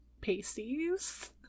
pasties